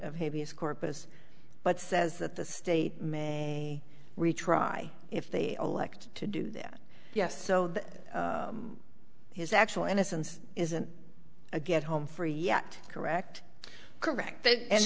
of habeas corpus but says that the state may retry if they elect to do that yes so that his actual innocence isn't a get home free yet correct correct